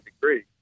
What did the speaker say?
degree